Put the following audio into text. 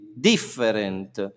different